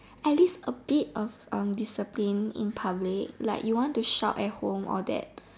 at least a bit of um discipline in public like you want to shout at home all that